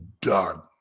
done